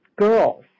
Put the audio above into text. Girls